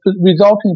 resulting